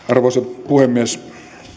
arvoisa puhemies